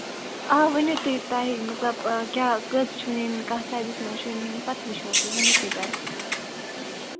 آ ؤنِو تُہۍ تۄہہِ مطلب کیٛاہ کٔژ چھِو نِنۍ کَتھ ساٮ۪یزَس منٛز چھَو نِنۍ پَتہٕ وُچھو تُہۍ ؤنِو تُہۍ تام